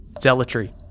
zealotry